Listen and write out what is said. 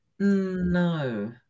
No